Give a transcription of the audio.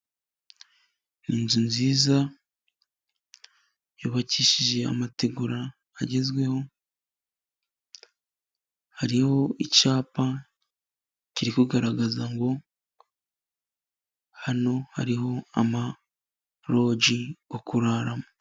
Ni inzu nziza yubakishije amategura agezweho, hariho icyapa kiri kugaragaza ngo hano hariho amaroji yo kuraramo.